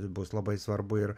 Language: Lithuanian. bus labai svarbu ir